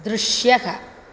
दृश्यः